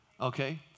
Okay